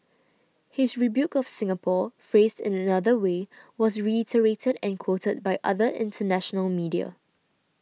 his rebuke of Singapore phrased in another way was reiterated and quoted by other international media